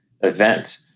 event